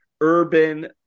urban